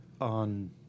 On